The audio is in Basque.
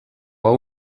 hau